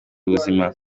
ubuzima